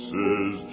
Says